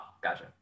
gotcha